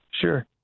sure